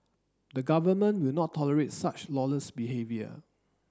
the Government will not tolerate such lawless behaviour